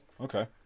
okay